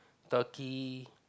Turkey